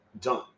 done